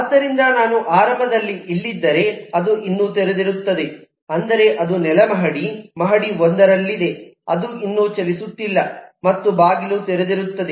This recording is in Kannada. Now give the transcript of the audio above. ಆದ್ದರಿಂದ ನಾನು ಆರಂಭದಲ್ಲಿ ಇಲ್ಲಿದ್ದರೆ ಅದು ಇನ್ನೂ ತೆರೆದಿರುತ್ತದೆ ಅಂದರೆ ಅದು ನೆಲಮಹಡಿ ಮಹಡಿ 1 ರಲ್ಲಿದೆ ಅದು ಇನ್ನೂ ಚಲಿಸುತ್ತಿಲ್ಲ ಮತ್ತು ಬಾಗಿಲು ತೆರೆದಿರುತ್ತದೆ